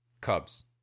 Cubs